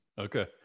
okay